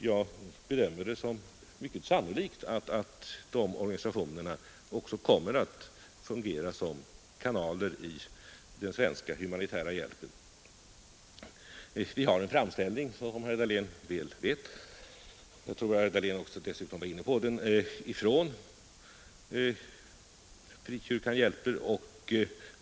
Jag bedömer det såsom mycket sannolikt att de organisationerna också kommer att fungera som kanaler i den svenska humanitära hjälpen. Vi har fått en framställning — som herr Dahlén mycket väl vet; jag tror att herr Dahlén dessutom var inne på den — från Frikyrkan hjälper.